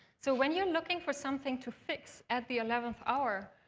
so when you're looking for something to fix at the eleventh hour,